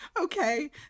Okay